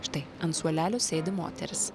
štai ant suolelio sėdi moteris